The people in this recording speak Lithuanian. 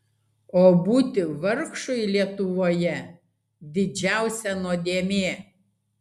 o būti vargšui lietuvoje didžiausia nuodėmė